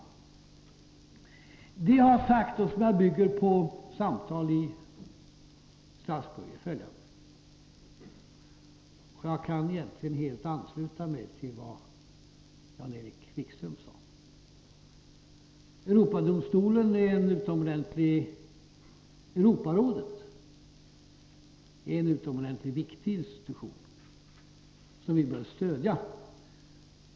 Det jag har sagt — och som jag grundar på samtal i Strasbourg — är följande, som egentligen helt ansluter till vad Jan-Erik Wikström här sade: Europarådet är en utomordentligt viktig institution, som vi bör stödja.